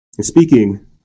speaking